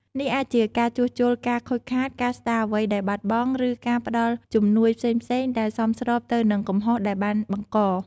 នេះអាចជាការជួសជុលការខូចខាត ការស្ដារអ្វីដែលបាត់បង់ ឬការផ្តល់ជំនួយផ្សេងៗដែលសមស្របទៅនឹងកំហុសដែលបានបង្ក។